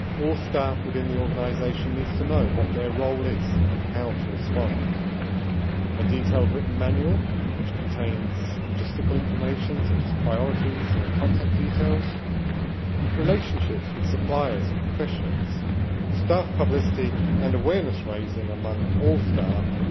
all staff within the organisation needs to know what their role is and how to respond a detailed written manual which contains logistical information such as priorities and contact details relationships with suppliers and professionals staff publicity and awareness-raising among all staff,